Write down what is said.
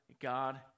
God